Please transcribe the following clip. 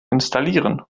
installieren